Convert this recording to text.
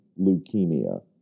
leukemia